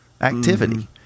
activity